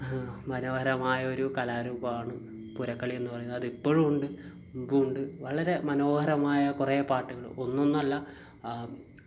മനോഹരമായൊരു കലാരൂപമാണ് പൂരക്കളി എന്ന് പറയുന്നത് അതിപ്പോഴും ഉണ്ട് മുമ്പും ഉണ്ട് വളരെ മനോഹരമായ കുറേ പാട്ടുകളും ഒന്നൊന്നുമല്ല